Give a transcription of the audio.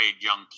young